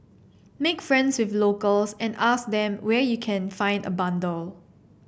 make friends with locals and ask them where you can find a bundle